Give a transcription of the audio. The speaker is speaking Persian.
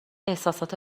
احسسات